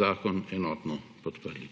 zakon enotno podprli.